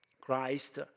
christ